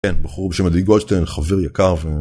כן, בחור בשם עדי גולדשטיין, חבר יקר ו...